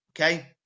okay